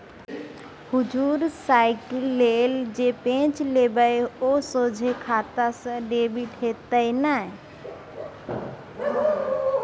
हुजुर साइकिल लेल जे पैंच लेबय ओ सोझे खाता सँ डेबिट हेतेय न